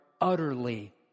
utterly